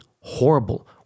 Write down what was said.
horrible